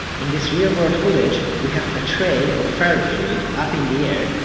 in this real-world footage, we have a tray of ferrofluid up in the air,